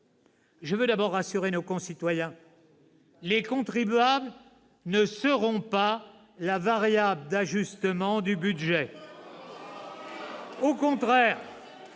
Je veux d'abord rassurer nos concitoyens : les contribuables ne seront pas la variable d'ajustement du budget !« Au contraire,